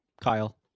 Kyle